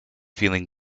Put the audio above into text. feeling